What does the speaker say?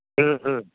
ହଁ ହଁ